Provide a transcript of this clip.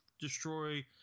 destroy